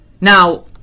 Now